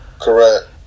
Correct